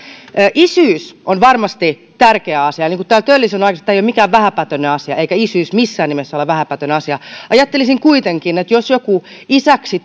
isyys on varmasti tärkeä asia niin kuin täällä tölli sanoi aikaisemmin tämä ei ole mikään vähäpätöinen asia eikä isyys missään nimessä ole vähäpätöinen asia ajattelisin kuitenkin että jos joku isäksi